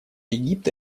египта